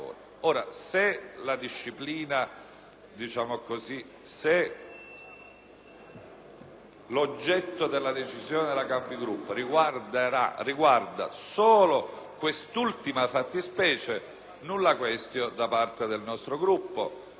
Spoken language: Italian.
Ora, se l'oggetto della decisione della Conferenza dei Capigruppo riguarda solo quest'ultima fattispecie, *nulla quaestio* da parte del nostro Gruppo,